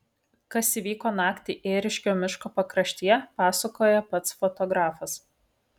kas įvyko naktį ėriškių miško pakraštyje pasakoja pats fotografas